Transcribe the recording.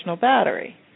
battery